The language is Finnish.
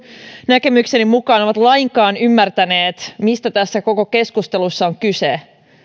näkemykseni mukaan ole lainkaan ymmärtäneet mistä tässä koko keskustelussa on kyse